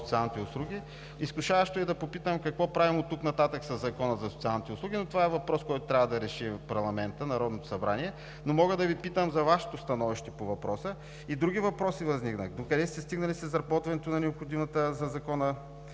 за социалните услуги? Изкушаващо е да попитам какво правим оттук нататък със Закона за социалните услуги, но това е въпрос, който трябва да реши парламентът, Народното събрание. Но мога да Ви питам за Вашето становище по въпроса. И други въпроси възникват. Докъде сте стигнали с изработването на необходимата за Закона